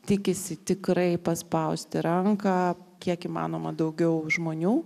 tikisi tikrai paspausti ranką kiek įmanoma daugiau žmonių